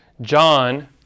John